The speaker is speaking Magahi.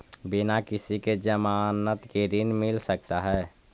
बिना किसी के ज़मानत के ऋण मिल सकता है?